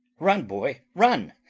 run, boy, run,